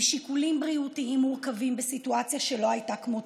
עם שיקולים בריאותיים מורכבים וסיטואציה שלא הייתה כמותה.